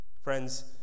Friends